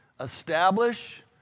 Establish